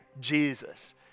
Jesus